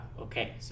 Okay